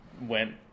went